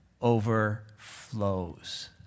overflows